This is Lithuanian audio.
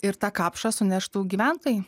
ir tą kapšą suneštų gyventojai